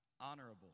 honorable